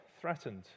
threatened